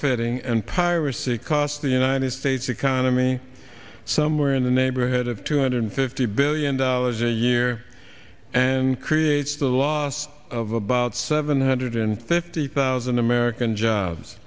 iting and piracy costs the united states economy somewhere in the neighborhood of two hundred fifty billion dollars a year and creates the loss of about seven hundred fifty thousand american jobs